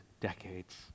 decades